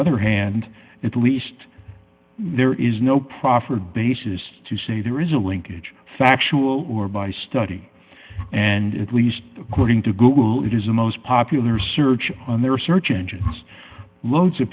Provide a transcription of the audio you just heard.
other hand at least there is no proffered basis to say there is a linkage factual or by study and at least according to google it is a most popular search on their search engines loads of